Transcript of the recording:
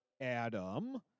Adam